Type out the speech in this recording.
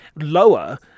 lower